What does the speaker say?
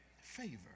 Favor